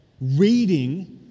reading